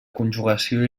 conjugació